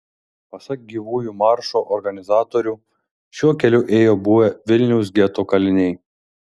pasak gyvųjų maršo organizatorių šiuo keliu ėjo buvę vilniaus geto kaliniai